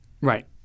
right